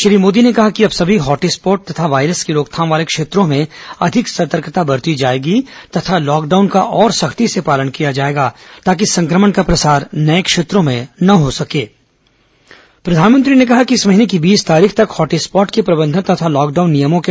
श्री मोदी ने कहा कि अब सभी हॉट स्पॉट तथा वायरस की रोकथाम वाले क्षेत्रों में अधिक सतर्कता बरती जायेगी तथा लॉकडाउन का और सख्ती से पालन किया जायेगा ताकि संक्रमण का प्रसार नये क्षेत्रों में न हो प्रधानमंत्री ने कहा कि इस महीने की बीस तारीख तक हॉट स्पॉट के प्रबंधन तथा लॉकडाउन नियमों सके